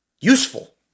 useful